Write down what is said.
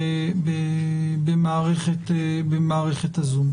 נוספים במערכת הזום.